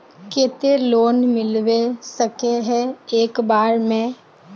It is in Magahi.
केते लोन मिलबे सके है एक बार में?